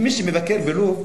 מי שמבקר בלוב,